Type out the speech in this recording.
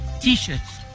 T-shirts